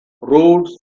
roads